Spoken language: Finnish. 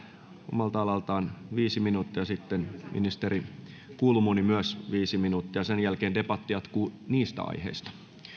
omalta alaltaan viisi minuuttia ja sitten ministeri kulmuni myös viisi minuuttia sen jälkeen debatti jatkuu niistä aiheista